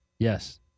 Yes